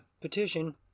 petition